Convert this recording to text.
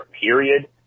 period